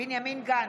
בנימין גנץ,